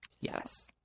Yes